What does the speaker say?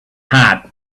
hot